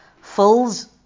fills